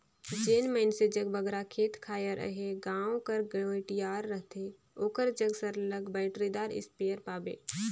जेन मइनसे जग बगरा खेत खाएर अहे गाँव कर गंवटिया रहथे ओकर जग सरलग बइटरीदार इस्पेयर पाबे